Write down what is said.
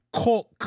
cult